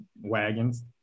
wagons